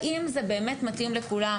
האם זה באמת מתאים לכולם,